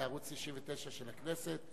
בערוץ-99 של הכנסת.